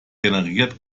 generiert